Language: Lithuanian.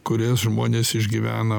kurias žmonės išgyvena